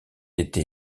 été